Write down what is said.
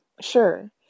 sure